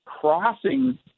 crossing